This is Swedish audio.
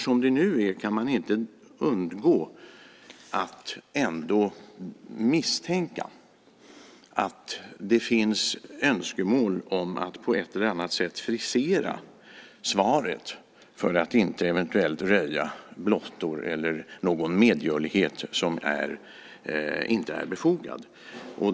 Som det nu är kan man inte undgå att misstänka att det finns önskemål om att på ett eller annat sätt frisera svaret för att inte eventuellt röja blottor eller någon medgörlighet som inte är befogad.